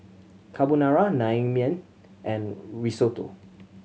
Carbonara Naengmyeon and Risotto